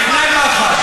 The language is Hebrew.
לפני מח"ש,